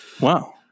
wow